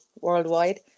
worldwide